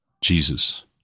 Jesus